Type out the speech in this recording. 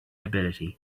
ability